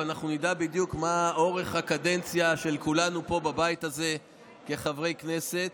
ואנחנו נדע בדיוק מה אורך הקדנציה של כולנו פה בבית הזה כחברי כנסת.